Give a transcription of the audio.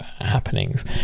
happenings